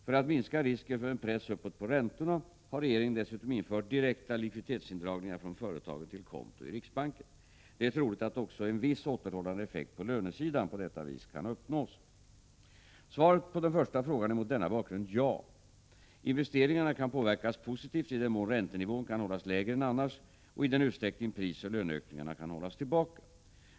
För att minska risken för en press uppåt på räntorna har regeringen dessutom infört direkta likviditetsindragningar från företagen till konto i riksbanken. Det är troligt att också en viss återhållande effekt på lönesidan på detta vis kan uppnås. Svaret på den första frågan är mot denna bakgrund ja. Investeringarna kan påverkas positivt i den mån räntenivån kan hållas lägre än annars och i den utsträckning prisoch löneökningarna kan hållas tillbaka.